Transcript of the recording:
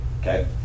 okay